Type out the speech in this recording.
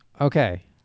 okay